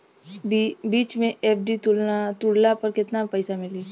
बीच मे एफ.डी तुड़ला पर केतना पईसा मिली?